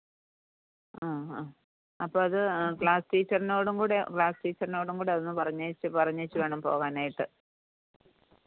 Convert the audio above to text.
ആ അ അപ്പത് ക്ലാസ് ടീച്ചറിനോടും കൂടെ ക്ലാസ് ടീച്ചറിനോടും കൂടെ ഒന്ന് പറഞ്ഞേച്ചു പറഞ്ഞേച്ച് വേണം പോകാനായിട്ട്